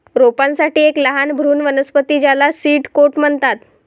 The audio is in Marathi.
रोपांसाठी एक लहान भ्रूण वनस्पती ज्याला सीड कोट म्हणतात